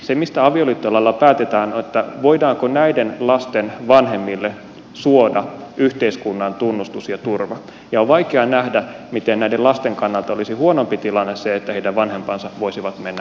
se mistä avioliittolailla päätetään on voidaanko näiden lasten vanhemmille suoda yhteiskunnan tunnustus ja turva ja on vaikea nähdä miten näiden lasten kannalta olisi huonompi tilanne se että heidän vanhempansa voisivat mennä naimisiin